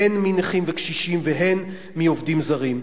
הן מנכים וקשישים והן מעובדים זרים.